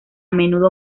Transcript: menudo